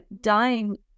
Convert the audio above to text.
dying